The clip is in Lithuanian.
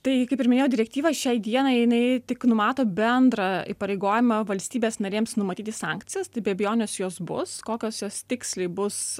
tai kaip ir minėjau direktyva šiai dienai jinai tik numato bendrą įpareigojimą valstybės narėms numatyti sankcijas tai be abejonės jos bus kokios jos tiksliai bus